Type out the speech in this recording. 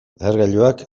lehergailuak